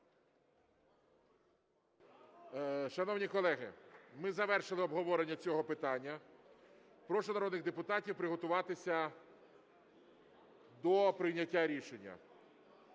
Шановні колеги, ми завершили обговорення цього питання. Прошу народних депутатів приготуватися до прийняття рішення.